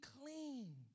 clean